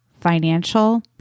financial